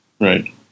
Right